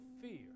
fear